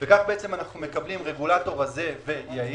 כך אנו מקבלים רגולטור רזה יעיל,